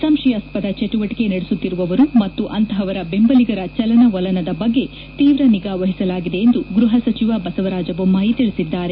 ಸಂಶಯಾಸ್ವದ ಚಟುವಟಕೆ ನಡೆಸುತ್ತಿರುವವರು ಮತ್ತು ಅಂಥವರ ಬೆಂಬಲಿಗರ ಚಲನವಲನದ ಬಗ್ಗೆ ತೀವ್ರ ನಿಗಾ ವಹಿಸಲಾಗಿದೆ ಎಂದು ಗೃಹ ಸಚಿವ ಬಸವರಾಜ ಬೊಮ್ಮಾಯಿ ತಿಳಿಸಿದ್ದಾರೆ